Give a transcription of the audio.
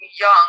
young